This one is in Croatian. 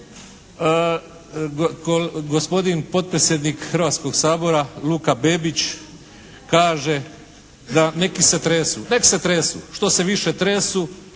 gospodin potpredsjednik Hrvatskog sabora Luka Bebić kaže da neki se tresu. Nek se tresu. Što se više tresu